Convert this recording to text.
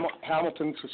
Hamilton